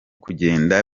kugenda